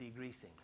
degreasing